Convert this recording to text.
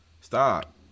Stop